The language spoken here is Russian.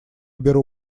беру